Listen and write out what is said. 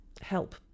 help